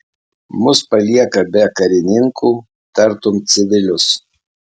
mus palieka be karininkų tartum civilius